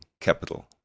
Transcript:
capital